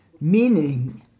meaning